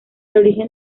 origen